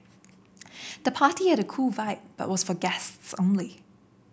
the party had a cool vibe but was for guests only